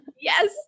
Yes